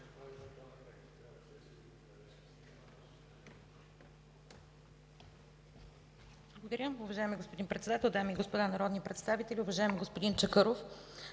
Благодаря.